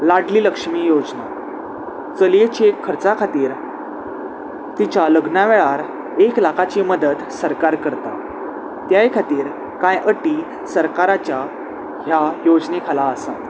लाडली लक्ष्मी योजना चलयेची खर्चा खातीर तिच्या लग्ना वेळार एक लाखाची मदत सरकार करता त्याय खातीर कांय अटी सरकाराच्या ह्या योजने खाला आसात